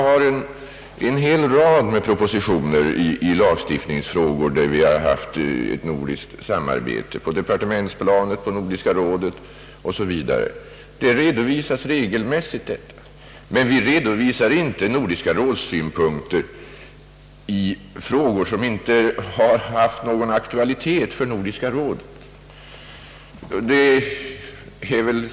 Jag har en rad med propositioner i lagstiftningsfrågor där vi haft ett nordiskt samarbete på departementsplanet och i Nordiska rådet 0. s. v. Där redovisas regelmässigt dessa frågor. Men vi redovisar inte Nordiska rådets synpunkter i frågor som inte haft någon aktualitet för Nor diska rådet.